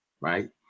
right